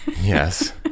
Yes